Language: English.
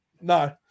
no